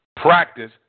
Practice